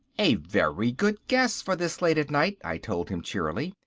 a very good guess for this late at night, i told him cheerily.